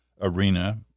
arena